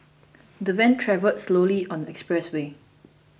the van travelled slowly on the expressway